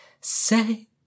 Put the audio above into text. Say